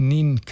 Nin